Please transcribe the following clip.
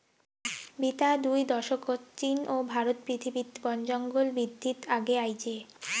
বিতা দুই দশকত চীন ও ভারত পৃথিবীত বনজঙ্গল বিদ্ধিত আগে আইচে